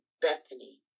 Bethany